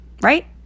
right